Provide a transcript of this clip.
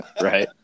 right